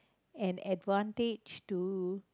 an advantage to